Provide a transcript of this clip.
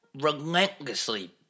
relentlessly